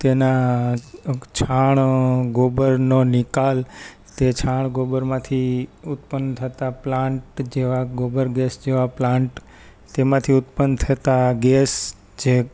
તેના છાણ ગોબરનો નિકાલ તે છાણ ગોબરમાંથી ઉત્પન્ન થતા પ્લાન્ટ જેવા ગોબરગેસ જેવા પ્લાન્ટ તેમાંથી ઉત્પન્ન થતા ગેસ જે